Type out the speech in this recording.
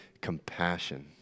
compassion